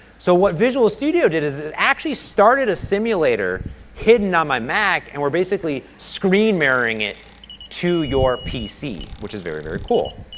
so, what visual studio did is, it actually started a simulator hidden on my map and we're basically screen mirroring it to your pc, which is very, very cool.